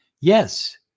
Yes